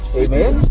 amen